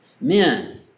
Men